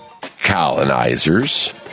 colonizers